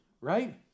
right